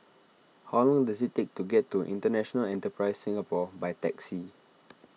how long does it take to get to International Enterprise Singapore by taxi